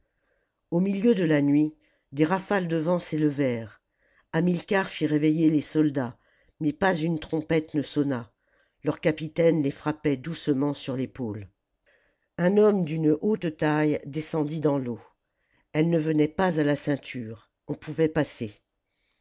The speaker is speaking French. au milieu de la nuit des rafales de vent s'élevèrent hamilcar fit réveiller les soldats mais pas une trompette ne sonna leurs capitaines les frappaient doucement sur l'épaule un homme d'une haute taille descendit dans l'eau elle ne venait pas à la ceinture on pouvait passer